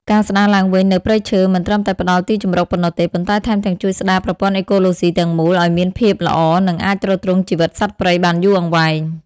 ការស្តារឡើងវិញនូវព្រៃឈើមិនត្រឹមតែផ្តល់ទីជម្រកប៉ុណ្ណោះទេ ប៉ុន្តែថែមទាំងជួយស្តារប្រព័ន្ធអេកូឡូស៊ីទាំងមូលឲ្យមានភាពល្អ និងអាចទ្រទ្រង់ជីវិតសត្វព្រៃបានយូរអង្វែង។